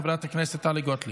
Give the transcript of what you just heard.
חברת הכנסת טלי גוטליב,